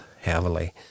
heavily